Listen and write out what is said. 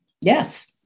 Yes